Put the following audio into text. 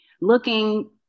looking